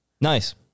Nice